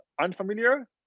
unfamiliar